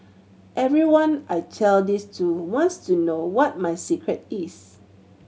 everyone I tell this to wants to know what my secret is